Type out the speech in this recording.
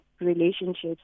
relationships